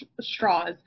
straws